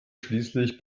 schließlich